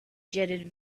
jetted